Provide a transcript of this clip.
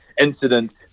incident